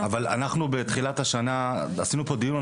אבל אנחנו בתחילת השנה עשינו פה דיון על